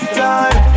time